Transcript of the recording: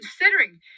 considering